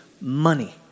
money